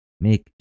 make